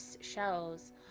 Shells